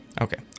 Okay